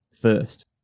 first